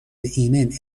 ایمن